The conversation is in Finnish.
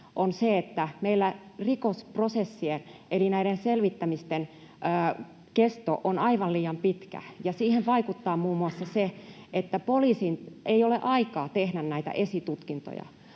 meillä rikosprosessien eli näiden selvittämisten kesto on aivan liian pitkä, ja siihen vaikuttaa muun muassa se, että poliisilla ei ole aikaa tehdä näitä esitutkintoja.